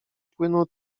płynu